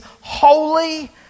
holy